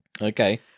Okay